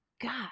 God